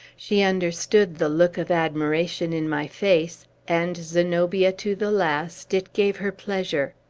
she understood the look of admiration in my face and zenobia to the last it gave her pleasure.